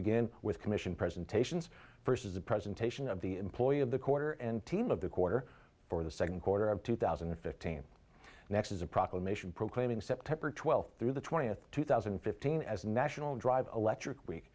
begin with commission presentations first as a presentation of the employ of the quarter and team of the quarter for the second quarter of two thousand and fifteen next is a proclamation proclaiming september twelfth through the twentieth two thousand and fifteen as national drive electric week